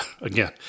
again